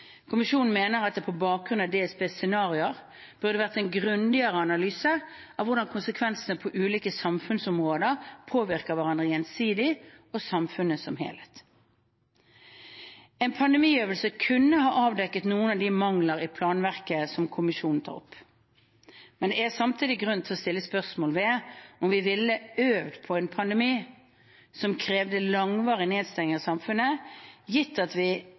Kommisjonen mener at det på bakgrunn av DSBs scenario burde vært en grundigere analyse av hvordan konsekvensene på ulike samfunnsområder påvirker hverandre gjensidig og samfunnet som helhet. En pandemiøvelse kunne ha avdekket noen av de mangler i planverket som kommisjonen tar opp. Det er samtidig grunn til å stille spørsmål ved om vi ville øvd på en pandemi som krevde langvarig nedstengning av samfunnet, gitt at vi